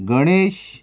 Ganesh